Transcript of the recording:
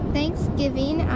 Thanksgiving